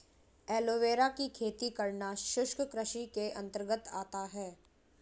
aloe vera की खेती करना शुष्क कृषि के अंतर्गत आता है